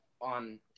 on